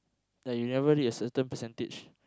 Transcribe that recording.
like you never reach a certain percentage